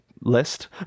list